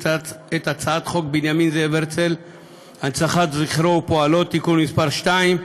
הצעת חוק בנימין זאב הרצל (הנצחת זכרו ופועלו) (תיקון מס׳ 2),